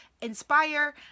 inspire